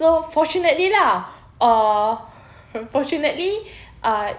so fortunately lah uh fortunately uh